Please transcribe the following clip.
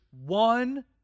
one